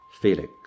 Felix